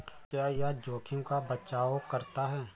क्या यह जोखिम का बचाओ करता है?